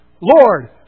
Lord